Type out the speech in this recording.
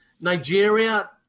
Nigeria